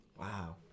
Wow